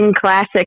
classic